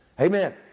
Amen